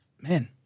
man